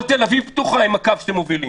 כל תל אביב פתוחה עם הקו שאתם מובילים.